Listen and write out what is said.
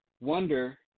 wonder